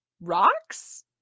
rocks